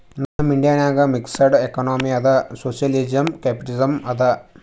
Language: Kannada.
ನಮ್ ಇಂಡಿಯಾ ನಾಗ್ ಮಿಕ್ಸಡ್ ಎಕನಾಮಿ ಅದಾ ಸೋಶಿಯಲಿಸಂ, ಕ್ಯಾಪಿಟಲಿಸಂ ಅದಾ